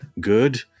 good